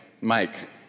Mike